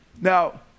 Now